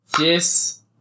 Yes